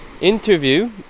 interview